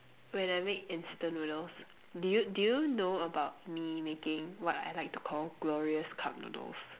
when I make instant noodles do you do you know about me making what I like to call glorious cup noodles